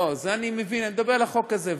לא, אני מדבר על החוק הזה.